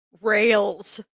Rails